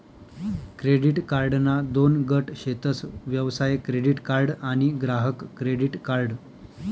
credit कार्डना दोन गट शेतस व्यवसाय क्रेडीट कार्ड आणि ग्राहक क्रेडीट कार्ड